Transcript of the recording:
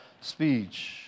speech